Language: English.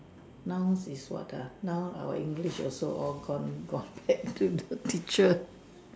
nouns is what ah now our English also all gone gone back to the teacher